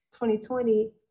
2020